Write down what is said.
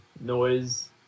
noise